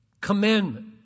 commandment